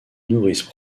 nourrissent